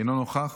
אינו נוכח,